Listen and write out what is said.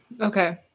Okay